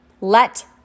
Let